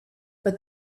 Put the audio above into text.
but